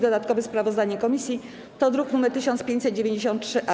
Dodatkowe sprawozdanie komisji to druk nr 1593-A.